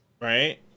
right